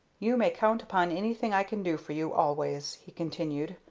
you may count upon anything i can do for you, always, he continued.